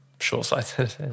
short-sighted